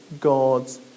God's